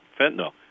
fentanyl